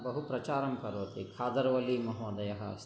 बहुप्रचारं करोति खादरवल्लिमहोदयः अस्ति